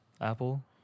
Apple